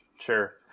Sure